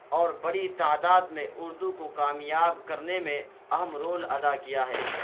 اور بڑی تعداد میں اردو کو کامیاب کرنے میں اہم رول ادا کیا ہے